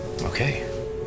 Okay